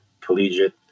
collegiate